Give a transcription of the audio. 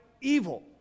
evil